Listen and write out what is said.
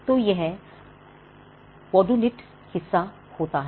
तो वह व्हॉडुनिट हिस्सा होता है